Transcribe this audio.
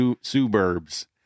suburbs